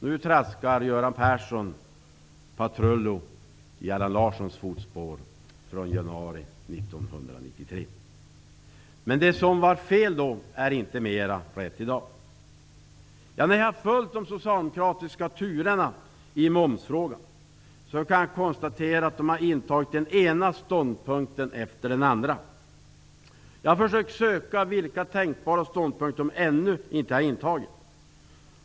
Nu traskar Göran Persson patrullo i Allan Larssons fotspår från januari 1993. Det som då var fel är inte mer rätt i dag. Jag har följt de socialdemokratiska turerna i momsfrågan. Därför kan jag konstatera att man har intagit den ena ståndpunkten efter den andra. Jag har försökt finna ståndpunkter som Socialdemokraterna ännu inte har intagit.